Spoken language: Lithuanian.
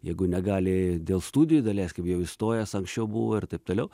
jeigu negali dėl studijų daleiskim jau įstojęs anksčiau buvo ir taip toliau